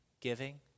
giving